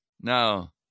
Now